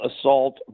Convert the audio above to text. assault